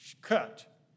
cut